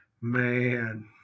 Man